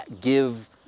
give